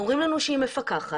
אומרים לנו שהיא מפקחת,